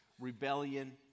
rebellion